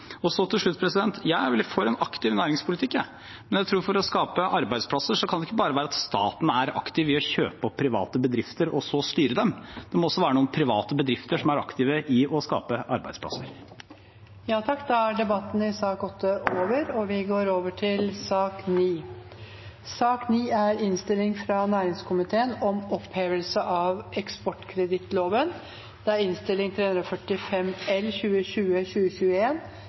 Så til slutt: Jeg er veldig for en aktiv næringspolitikk, men jeg tror at for å skape arbeidsplasser kan det ikke bare være slik at staten er aktiv i å kjøpe opp private bedrifter og så styre dem. Det må også være noen private bedrifter som er aktive i å skape arbeidsplasser. Debatten i sak nr. 8 er dermed over.